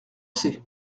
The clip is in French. c’est